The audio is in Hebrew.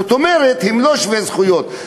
זאת אומרת, הם לא שווי זכויות.